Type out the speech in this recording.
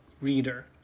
reader